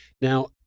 Now